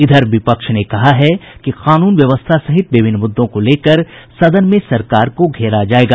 इधर विपक्ष ने कहा है कि कानून व्यवस्था सहित विभिन्न मुद्दों को लेकर सदन में सरकार को घेरा जायेगा